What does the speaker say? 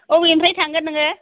बबेनिफ्राय थांगोन नोङो